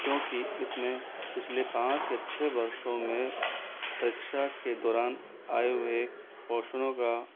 क्योंकि इसमें पिछले पाँच या छै वर्षों में परीक्षा के दौरान आए हुए कोश्चनों का